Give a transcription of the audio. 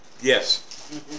yes